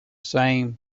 same